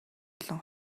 олон